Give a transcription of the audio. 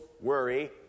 worry